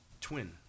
Twin